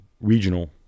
regional